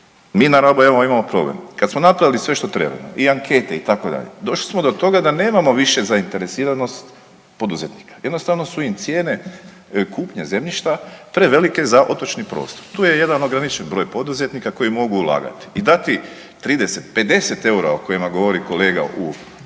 Mi na Rabu imamo problem, kad smo napravili sve što treba i ankete, itd., došli smo do toga da nemamo više zainteresiranost poduzetnika, jednostavno su im cijene kupnje zemljišta prevelike za otočni prostor. Tu je jedan ograničen broj poduzetnika koji mogu ulagati i dati 30, 50 eura, o kojima govori kolega u na svojoj